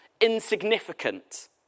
insignificant